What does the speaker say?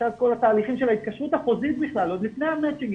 כל התהליכים של ההתקשרות החוזית בכלל עוד לפני המצ'ינג,